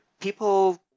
people